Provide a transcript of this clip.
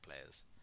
players